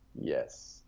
Yes